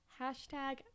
Hashtag